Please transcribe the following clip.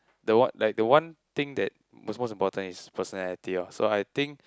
the what like the one thing that was most important is personality orh so I think